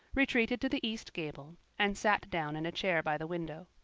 retreated to the east gable, and sat down in a chair by the window.